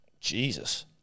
Jesus